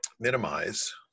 Minimize